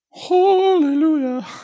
hallelujah